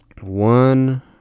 One